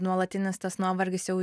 nuolatinis tas nuovargis jau